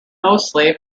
mostly